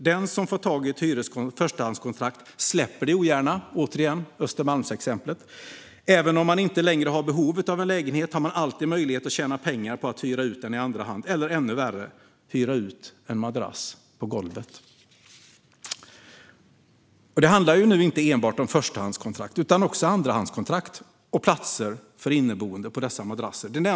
Den som har fått tag i ett förstahandskontrakt släpper det ogärna - här har vi återigen Östermalmsexemplet. Även om man inte längre har behov av en lägenhet har man alltid möjlighet att tjäna pengar på att hyra ut den i andra hand eller, ännu värre, hyra ut en madrass på golvet. Det handlar nu inte enbart om förstahandskontrakt utan också om andrahandskontrakt och platser för inneboende på madrasser.